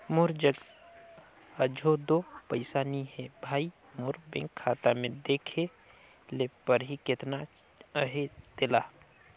मोर जग अझो दो पइसा नी हे भई, मोर बेंक खाता में देखे ले परही केतना अहे तेला